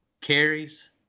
carries